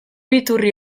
iturri